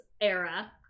era